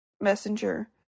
Messenger